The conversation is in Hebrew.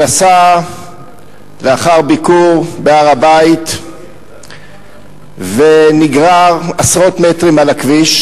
שנסע לאחר ביקור בהר-הבית ונגרר עשרות מטרים על הכביש.